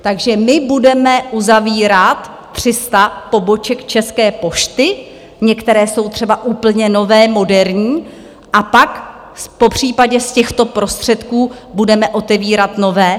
Takže my budeme uzavírat 300 poboček České pošty, některé jsou třeba úplně nové, moderní, a pak popřípadě z těchto prostředků budeme otevírat nové?